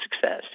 success